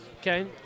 Okay